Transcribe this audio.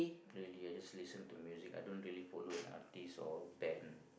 really I just listen to music I don't really follow an artist or band